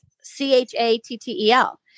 C-H-A-T-T-E-L